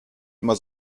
immer